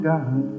God